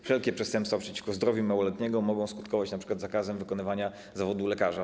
Wszelkie przestępstwa przeciwko zdrowiu małoletniego mogą skutkować np. zakazem wykonywania zawodu lekarza.